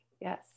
Yes